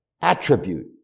attribute